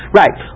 right